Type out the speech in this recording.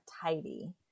tidy